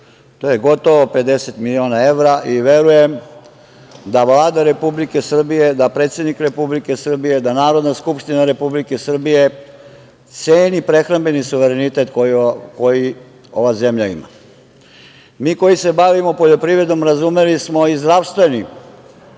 To je gotovo 50 miliona evra. Verujem da Vlada Republike Srbije, da predsednik Republike Srbije, da Narodna skupština Republike Srbije ceni prehrambeni suverenitet koji ova zemlja ima. Mi koji se bavimo poljoprivredom razumeli smo i zdravstveni